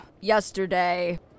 yesterday